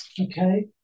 Okay